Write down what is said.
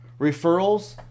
Referrals